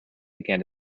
began